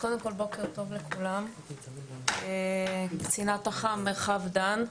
בוקר טוב לכולם, קצינת אח"מ מרחב דן,